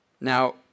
Now